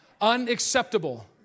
Unacceptable